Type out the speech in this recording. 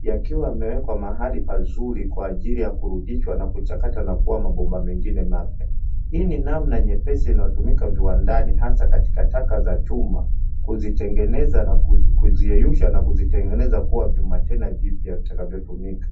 yakiwa yamewekwa mahali pazuri kwa ajili ya kurudishwa na kuchakatwa na kuwa mabomba mengine mapya. Hii ni namna nyepesi inayotumika viwandani hasa katika taka za chuma kuzitengeneza, kuziyeyusha na kuzitengeneza kuwa vyuma tena vipya vitakavyotumika.